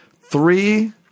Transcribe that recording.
three